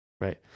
right